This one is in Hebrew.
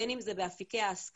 בין אם זה באפיקי ההשכלה,